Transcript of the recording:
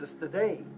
today